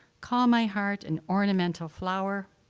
call my heart an ornamental flower,